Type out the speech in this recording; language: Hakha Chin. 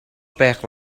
pek